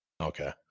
okay